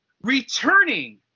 returning